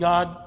God